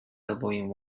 elbowing